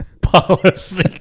policy